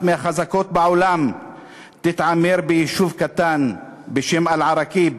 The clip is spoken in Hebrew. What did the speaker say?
מהחזקות בעולם תתעמר ביישוב קטן בשם אל-עראקיב,